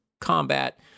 combat